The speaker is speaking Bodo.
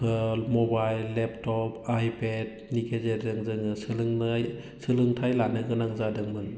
मबाइल लेपटप आइपेडनि गेजेरजों जोङो सोलोंथाय लानो गोनां जादोंमोन